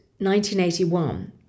1981